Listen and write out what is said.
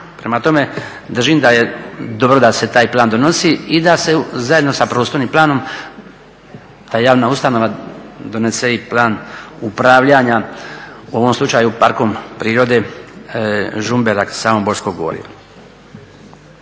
Prema tome, držim da je dobro da se taj plan donosi i da se zajedno sa prostornim planom ta javna ustavno donese i plan upravljanja, u ovom slučaju Parkom prirode Žumberak-Samoborsko gorje.